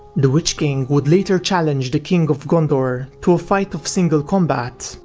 the witch king would later challenge the king of gondor to a fight of single combat,